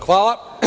Hvala.